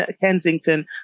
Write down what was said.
Kensington